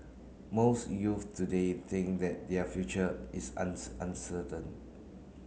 most youth today think that their future is uncertain